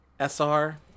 SR